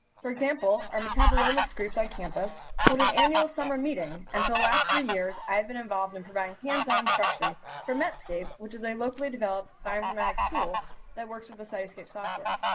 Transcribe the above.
for example, our metabolomic so groups on campus hold an annual summer meeting and for the last three years i have been involved in providing hands-on instruction for metscape which is a locally developed bioinformatics tool that works with the cytoscape software.